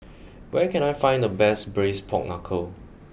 where can I find the best Braised Pork Knuckle